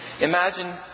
Imagine